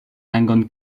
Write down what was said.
rangon